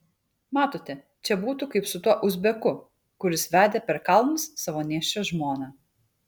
matote čia būtų kaip su tuo uzbeku kuris vedė per kalnus savo nėščią žmoną